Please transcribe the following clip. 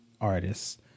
artists